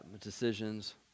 decisions